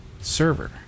server